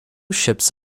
ships